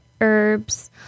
herbs